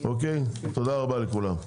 תודה רבה לכולם.